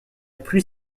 pluie